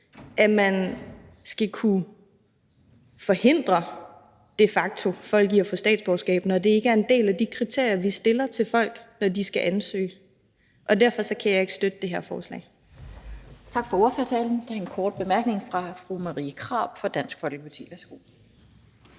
de facto skal kunne forhindre folk i at få statsborgerskab, når det ikke er en del af de kriterier, vi opstiller, når folk skal ansøge. Og derfor kan vi ikke støtte det her forslag. Kl. 19:44 Den fg. formand (Annette Lind): Tak for ordførertalen. Der er en kort bemærkning fra fru Marie Krarup fra Dansk Folkeparti.